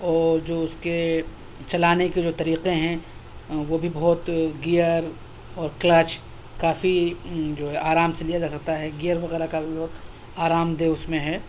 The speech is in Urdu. اور جو اس کے چلانے کے جو طریقے ہیں وہ بھی بہت گیئر اور کلچ کافی جو ہے آرام سے لیا جا سکتا ہے گیئر وغیرہ کا بھی بہت آرام دہ اس میں ہے